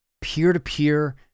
peer-to-peer